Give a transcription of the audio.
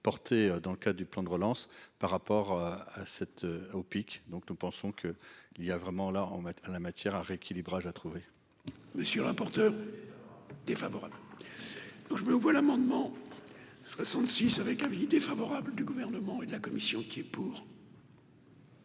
porté dans le cas du plan de relance par rapport à cette au pic, donc nous pensons que, il y a vraiment là, on mette en la matière un rééquilibrage à trouver. Monsieur le rapporteur défavorable je mets aux voix l'amendement 66 avec avis défavorable du gouvernement et de la commission qui est pour.